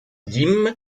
dîme